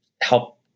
help